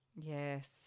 Yes